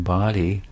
body